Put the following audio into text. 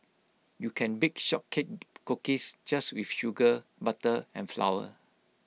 you can bake short cake cookies just with sugar butter and flour